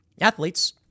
athletes